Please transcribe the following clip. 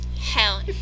Hell